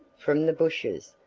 from the bushes,